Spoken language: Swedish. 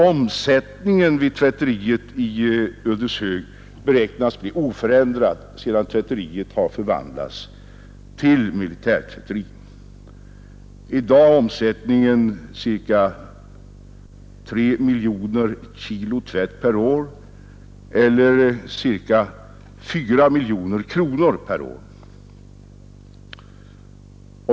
Omsättningen vid tvätteriet i Ödeshög beräknas bli oförändrad sedan tvätteriet har förvandlats till militärt tvätteri. I dag är omsättningen ca 3 miljoner kg tvätt per år eller ca 4 miljoner kronor per år.